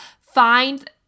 find